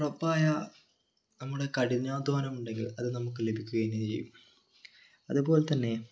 ഉറപ്പായ നമ്മുടെ കഠിനാധ്വാനം ഉണ്ടങ്കിൽ അത് നമുക്ക് ലഭിക്കുക തന്നെ ചെയ്യും അതുപോലെ തന്നെ